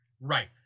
right